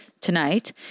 tonight